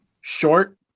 short